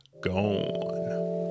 gone